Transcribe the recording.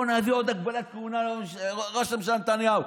יאללה, בוא נביא עוד הגבלות לראש הממשלה נתניהו.